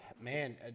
Man